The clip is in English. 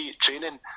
training